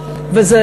זה לא מצב תקין,